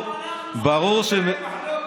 אתה אומר שאין מחלוקת.